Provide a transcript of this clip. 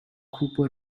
cooper